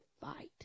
fight